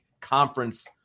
conference